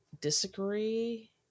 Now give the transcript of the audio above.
disagree